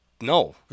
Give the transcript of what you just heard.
no